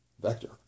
vector